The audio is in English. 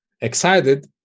excited